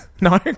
no